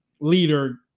leader